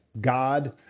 God